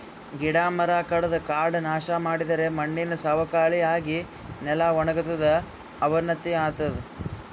ಗಿಡ ಮರ ಕಡದು ಕಾಡ್ ನಾಶ್ ಮಾಡಿದರೆ ಮಣ್ಣಿನ್ ಸವಕಳಿ ಆಗಿ ನೆಲ ವಣಗತದ್ ಅವನತಿ ಆತದ್